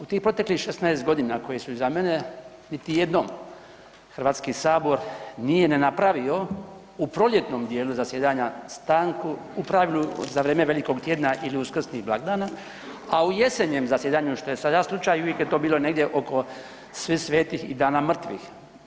U tih proteklih 16.g. koje su iza mene, niti jednom Hrvatski sabor nije ne napravio u proljetnom dijelu zasjedanja stanku, u pravilu za vrijeme velikog tjedna ili uskrsnih blagdana, a u jesenjem zasjedanju, što je sada slučaj, uvijek je to bilo negdje oko Svih svetih i Dana mrtvih.